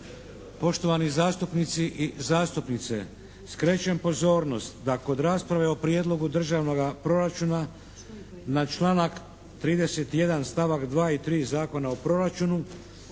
Poštovani zastupnici i zastupnice skrećem pozornost da kod rasprave o prijedlogu državnoga proračuna na članak 31., stavak 2. i 3. Zakona o proračunu